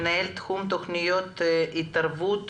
מנהל תחום תכניות התערבות